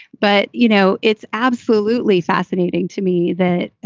but, you know, it's. absolutely fascinating to me that,